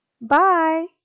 Bye